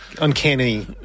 uncanny